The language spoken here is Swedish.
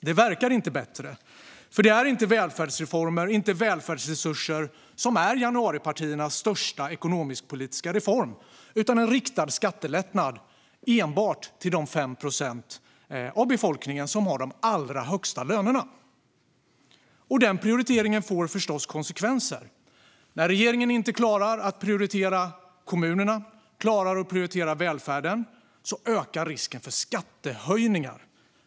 Det verkar inte bättre. Det är nämligen inte välfärdsreformer och inte välfärdsresurser som är januaripartiernas största ekonomisk-politiska reform utan en riktad skattelättnad enbart till de 5 procent av befolkningen som har de allra högsta lönerna. Denna prioritering får förstås konsekvenser. När regeringen inte klarar att prioritera kommunerna och inte klarar att prioritera välfärden ökar risken för skattehöjningar.